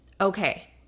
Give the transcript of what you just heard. okay